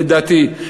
לדעתי,